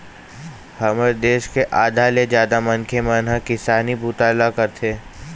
हमर देश के आधा ले जादा मनखे मन ह किसानी बूता ल करथे